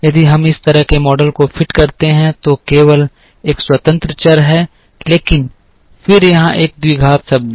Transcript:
यदि हम इस तरह के एक मॉडल को फिट करते हैं तो केवल एक स्वतंत्र चर है लेकिन फिर यहां एक द्विघात शब्द है